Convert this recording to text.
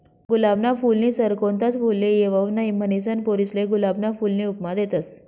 गुलाबना फूलनी सर कोणताच फुलले येवाऊ नहीं, म्हनीसन पोरीसले गुलाबना फूलनी उपमा देतस